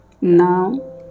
Now